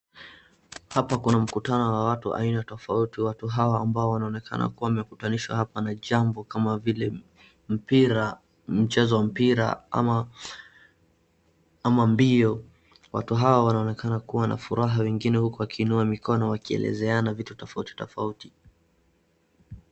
Hapa kuna mkutano wa watu aina tofauti, watu hawa ambao wanaonekana kuwa wamekutanishwa hapa na jambo kama vile mpira, mchezo wa mpira ama mbio. Watu hawa wanaonekana kuwa na furaha wengine huku wakiinua mikono wakielezeana vitu tofauti tofauti.